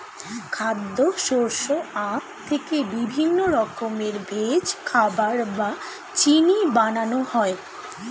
খাদ্য, শস্য, আখ থেকে বিভিন্ন রকমের ভেষজ, খাবার বা চিনি বানানো হয়